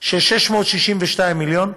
של 662 מיליון,